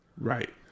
right